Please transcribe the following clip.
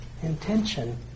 Intention